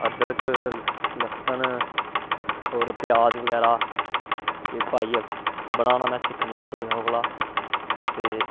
अदरक लस्सन होर प्याज बगैरा एह् पाइयै बनाना में सिक्खनी ऐ कुसै कोला ते